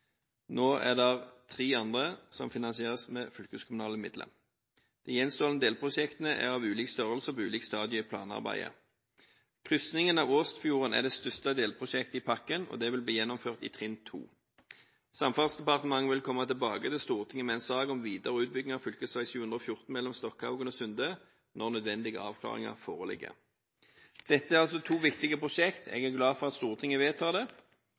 Nå er det tre andre som finansieres med fylkeskommunale midler. De gjenstående delprosjektene er av ulik størrelse og på ulike stadium i planarbeidet. Kryssingen av Åstfjorden er det største delprosjektet i pakken, og det vil bli gjennomført i trinn 2. Samferdselsdepartementet vil komme tilbake til Stortinget med en sak om videre utbygging av fv. 714 mellom Stokkhaugen og Sunde når nødvendige avklaringer foreligger. Dette er altså to viktige prosjekt. Jeg er glad for at Stortinget vedtar dem. Det